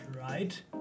right